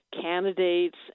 candidates